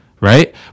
Right